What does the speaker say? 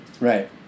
Right